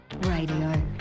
Radio